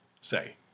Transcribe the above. say